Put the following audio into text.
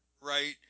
right